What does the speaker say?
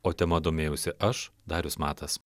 o tema domėjausi aš darius matas